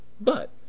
But